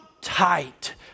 tight